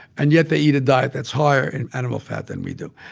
and yet they eat a diet that's higher in animal fat than we do.